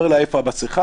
אומר לה איפה המסכה,